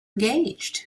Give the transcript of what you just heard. engaged